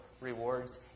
rewards